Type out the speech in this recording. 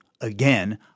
again